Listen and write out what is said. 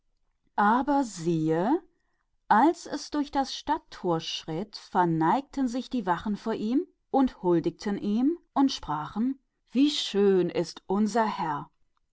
doch siehe als es durch das tor der stadt kam neigten sich die wachen und huldigten ihm und sagten wie schön unser herr